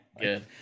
good